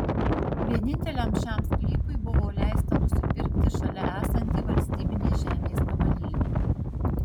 vieninteliam šiam sklypui buvo leista nusipirkti šalia esantį valstybinės žemės gabalėlį